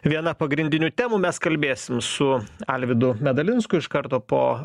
viena pagrindinių temų mes kalbėsim su alvydu medalinsku iš karto po